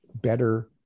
better